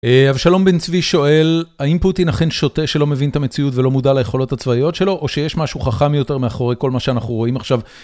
אבשלום בן צבי שואל האם פוטין אכן שוטה שלא מבין את המציאות ולא מודע ליכולות הצבאיות שלו או שיש משהו חכם יותר מאחורי כל מה שאנחנו רואים עכשיו?